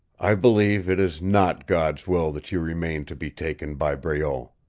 i believe it is not god's will that you remain to be taken by breault.